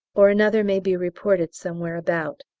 or another may be reported somewhere about.